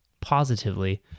positively